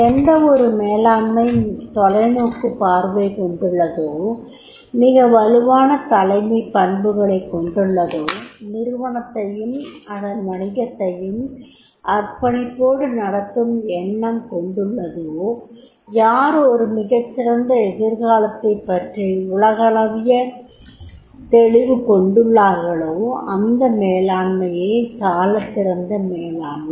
எந்தவொரு மேலாண்மை தொலைநோக்குப் பார்வை கொண்டுள்ளதோ மிக வலுவான தலைமைப் பண்புகளைக் கொண்டுள்ளதோ நிறுவனத்தையும் அதன் வணிகத்தையும் அர்ப்பணிப்போடு நடத்தும் எண்ணம் கொண்டுள்ளதோ யார் ஒரு மிகச் சிறந்த எதிர்காலத்தைப் பற்றி உலகளவிலான தெளிவு கொண்டுள்ளார்களோ அந்த மேலாண்மை யே சாலச்சிறந்த மேலாண்மை